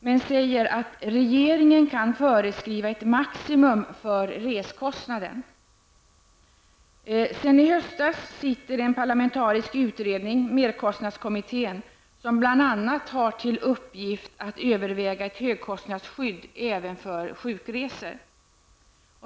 Men det sägs att regeringen kan föreskriva ett maximum för reskostnaden. Sedan i höstas arbetar en parlamentarisk utredning, merkostnadskommittén, som bl.a. har till uppgift att överväga ett högkostnadsskydd även för sjukresor.